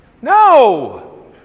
No